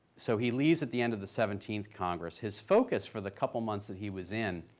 so he leaves at the end of the seventeenth congress. his focus for the couple months that he was in